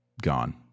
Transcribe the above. gone